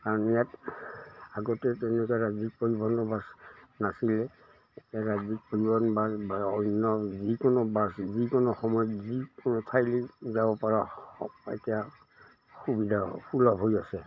কাৰণ ইয়াত আগতে তেনেকুৱাত ৰাজ্যিক পৰিবহনৰ বাছ নাছিলে ৰাজ্যিক পৰিবহন বাছ বা অন্য যিকোনো বাছ যিকোনো সময়ত যিকোনো ঠাইলৈ যাব পৰাৰ এতিয়া সুবিধা সুলভ হৈ আছে